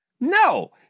No